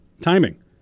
timing